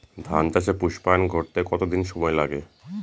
ধান চাষে পুস্পায়ন ঘটতে কতো দিন সময় লাগে?